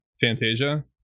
Fantasia